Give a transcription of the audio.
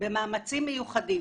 במאמצים מיוחדים